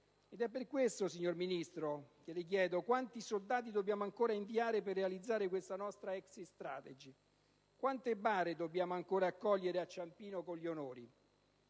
È per questo, signor Ministro, che le chiedo: quanti soldati dobbiamo ancora inviare per realizzare questa nostra *exit strategy*? Quante bare dobbiamo ancora accogliere a Ciampino con gli onori?